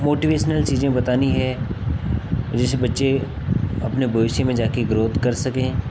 motivational चीजें बतानी है और जैसे बच्चे अपने भविष्य में जा कर ग्रोथ कर सकें